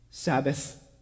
Sabbath